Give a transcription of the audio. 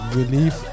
relief